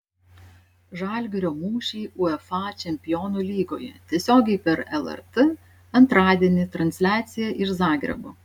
žalgirio mūšiai uefa čempionų lygoje tiesiogiai per lrt antradienį transliacija iš zagrebo